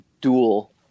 dual